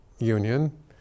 union